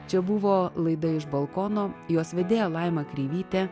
čia buvo laida iš balkono jos vedėja laima kreivytė